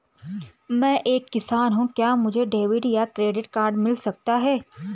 मैं एक किसान हूँ क्या मुझे डेबिट या क्रेडिट कार्ड मिल सकता है?